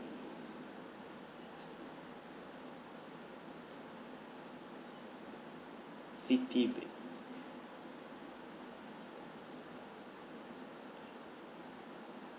Citibank